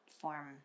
form